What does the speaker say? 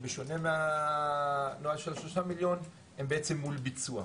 בשונה מהנוהל של שלושה מיליון, הם בעצם מול ביצוע.